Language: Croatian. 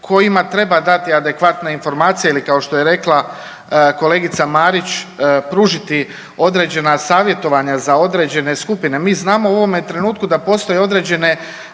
kojima treba dati adekvatne informacije ili kao što je rekla kolegica Marić pružiti određena savjetovanja za određene skupine. Mi znamo u ovome trenutku da postoje određene